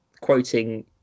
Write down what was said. quoting